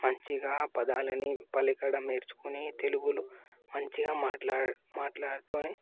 మంచిగా ఆ పదాలని పలకడం నేర్చుకొని తెలుగులో మంచిగా మాట్లాడు మాట్లాడుతు